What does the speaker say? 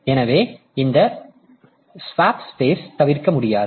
எனவே இந்த swap space தவிர்க்க முடியாது